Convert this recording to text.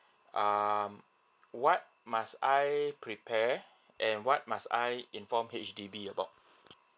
um what must I prepare and what must I inform H_D_B about